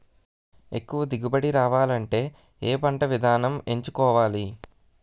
ఎక్కువ దిగుబడి రావాలంటే ఏ పంట విధానం ఎంచుకోవాలి?